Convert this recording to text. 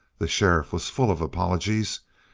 the sheriff was full of apologies.